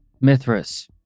Mithras